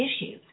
issues